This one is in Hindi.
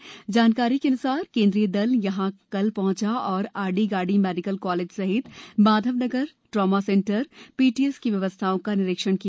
आधिकारिक जानकारी के अन्सार केंद्रीय दल कल यहां पहुंचा और आरडी गार्डी मेडिकल कॉलेज सहित माधवनगर ट्रामा सेंटर पीटीएस की व्यवस्थाओं का निरीक्षण किया